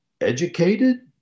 educated